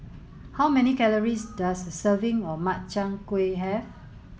how many calories does a serving of Makchang Gui have